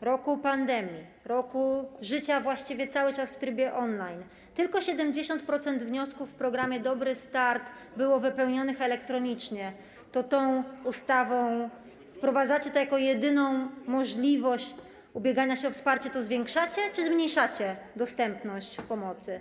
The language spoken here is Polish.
roku pandemii, roku życia właściwie cały czas w trybie on-line, tylko 70% wniosków w ramach programu „Dobry start” zostało wypełnionych elektronicznie, natomiast tą ustawą wprowadzacie to jako jedyną możliwość ubiegania się o wsparcie, to zwiększacie czy zmniejszacie dostępność pomocy?